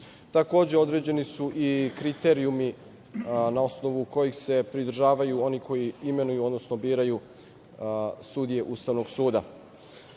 Takođe, određeni su i kriterijumi na osnovu kojih se pridržavaju oni koji imenuju, odnosno biraju sudije Ustavnog